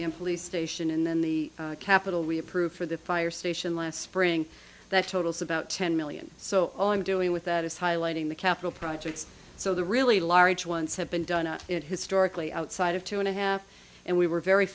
station police station and then the capital we approved for the fire station last spring that totals about ten million so all i'm doing with that is highlighting the capital projects so the really large ones have been done at it historically outside of two and a half and we were very